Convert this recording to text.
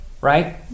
right